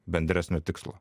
bendresnio tikslo